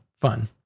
fun